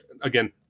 Again